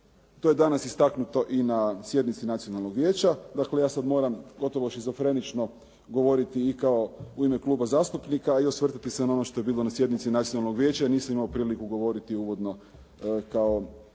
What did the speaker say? to je danas istaknuto i na sjednici Nacionalnog vijeća, dakle ja sad moram gotovo shizofrenično govoriti i u ime kluba zastupnika i osvrnuti se na ono što je bilo na sjednici Nacionalnog vijeća, jer nisam imao priliku govoriti uvodno kao